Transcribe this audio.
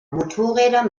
motorräder